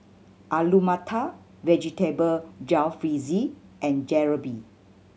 Alu Matar Vegetable Jalfrezi and Jalebi